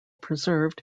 preserved